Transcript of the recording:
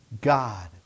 God